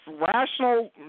rational